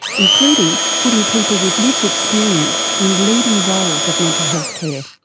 including putting people with lived experience in leading roles of mental health care.